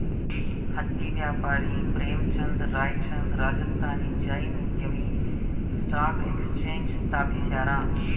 ಹತ್ತಿ ವ್ಯಾಪಾರಿ ಪ್ರೇಮಚಂದ್ ರಾಯ್ಚಂದ್ ರಾಜಸ್ಥಾನಿ ಜೈನ್ ಉದ್ಯಮಿ ಸ್ಟಾಕ್ ಎಕ್ಸ್ಚೇಂಜ್ ಸ್ಥಾಪಿಸ್ಯಾರ